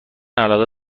علاقه